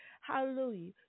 Hallelujah